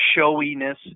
showiness